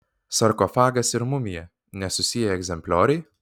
sarkofagas ir mumija nesusiję egzemplioriai